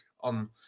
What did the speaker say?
on